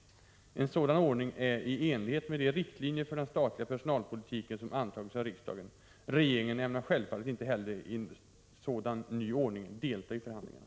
En sådan ordning är i enlighet med de riktlinjer för den statliga personalpolitiken som antagits av riksdagen. Regeringen ämnar självfallet inte heller i en sådan ny ordning delta i förhandlingarna.